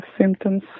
symptoms